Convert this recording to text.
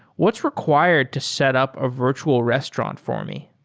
what's required to set up a virtual restaurant for me?